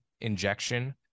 injection